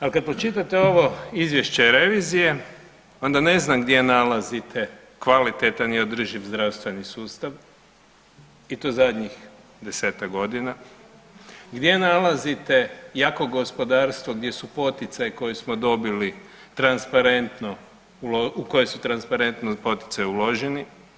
Ali kada pročitate ovo izvješće revizije onda ne znam gdje nalazite kvalitetan i održiv zdravstveni sustav i to zadnjih 10-tak godina, gdje nalazite jako gospodarstvo gdje su poticaji koje smo dobili transparentno u koje su transparentno poticaji uloženi.